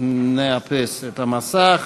נאפס את המסך